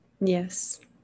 yes